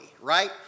right